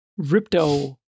Ripto